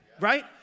Right